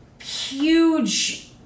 huge